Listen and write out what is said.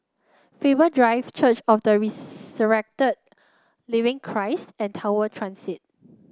Faber Drive Church of the Resurrected Living Christ and Tower Transit